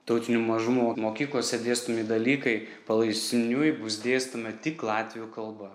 tautinių mažumų mokyklose dėstomi dalykai palaipsniui bus dėstomi tik latvių kalba